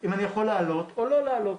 אם אני יכול לעלות או לא לעלות.